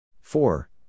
Four